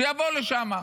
שיבוא לשם,